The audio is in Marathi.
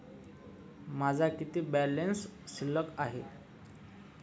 माझा किती बॅलन्स शिल्लक आहे?